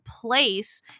place